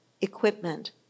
equipment